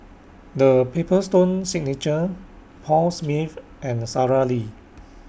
The Paper Stone Signature Paul Smith and Sara Lee